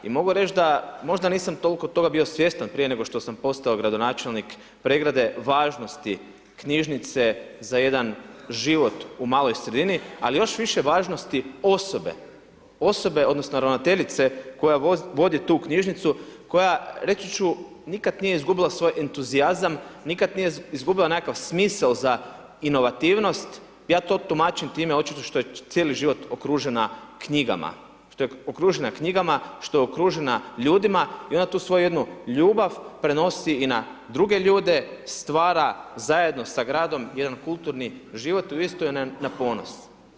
I mogu reći, da možda nisam toliko toga bio svjestan, prije nego što sam postao gradonačelnik Pregrade, važnosti knjižnice za jedan život u maloj sredini, ali još više važnosti osobe, osobe odnosno, ravnateljice koja vodi tu knjižnicu, koja reći ću nikada nije izgubila svoj entuzijazam, nikada nije izgubila nekakav smisao za inovativnost ja to tumačim time očito što je cijeli život okružena knjigama, što je okružena ljudima i onda tu svoju jednu ljubav prenosi i na druge ljude, stvara zajedno sa gradom, jedan kulturni život, uistinu je na ponos.